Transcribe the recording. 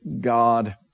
God